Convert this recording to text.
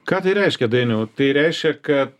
ką tai reiškia dainiau tai reiškia kad